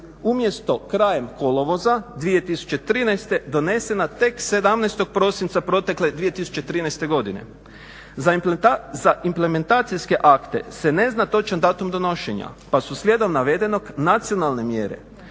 umjesto krajem kolovoza 2013. donesena tek 17. prosinca protekle 2013. godine. Za implementacijske akte se ne zna točan datum donošenja pa su slijedom navedenog nacionalne mjere